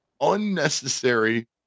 unnecessary